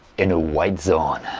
in a white zone.